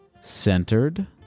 centered